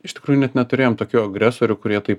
iš tikrųjų net neturėjom tokių agresorių kurie taip